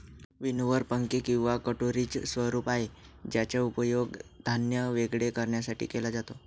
winnower पंखे किंवा कटोरीच स्वरूप आहे ज्याचा उपयोग धान्य वेगळे करण्यासाठी केला जातो